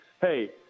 hey